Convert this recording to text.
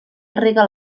rega